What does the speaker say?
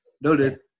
Noted